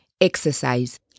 exercise